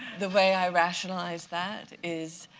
the way i rationalize that is,